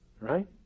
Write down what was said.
right